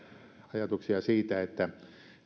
ajatuksia siitä että